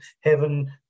heaven